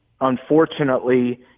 unfortunately